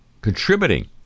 contributing